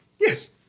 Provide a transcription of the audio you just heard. yes